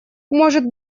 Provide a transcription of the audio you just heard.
может